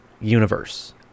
universe